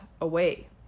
away